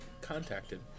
contacted